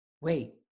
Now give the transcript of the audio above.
wait